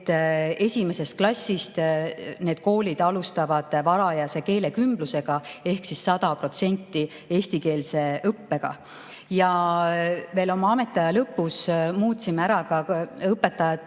esimesest klassist need koolid alustavad varajase keelekümblusega ehk 100% eestikeelse õppega. Ja veel minu ametiaja lõpus muutsime ära ka õpetajate